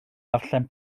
darllen